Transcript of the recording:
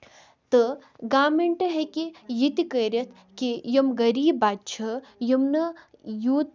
تہٕ گوٚرمینٹ ہیٚکہِ یہِ تہِ کٔرِتھ کہِ یِم غریٖب بَچہٕ چھِ یِم نہٕ یوت